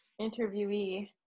interviewee